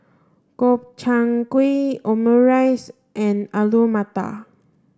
Gobchang Gui Omurice and Alu Matar